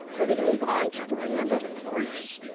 we're going to move on to board member reports.